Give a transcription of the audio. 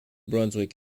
brunswick